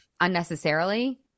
unnecessarily